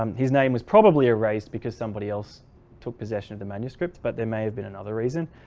um his name was probably erased because somebody else took possession of the manuscript but there may have been another reason.